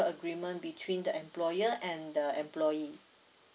agreement between the employer and the employee